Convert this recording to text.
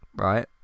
Right